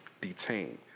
detained